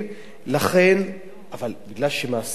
אבל מפני שמעסיקים אותם,